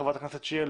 חברת הכנסת שיר,